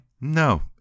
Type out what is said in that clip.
No